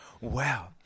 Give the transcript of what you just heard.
wow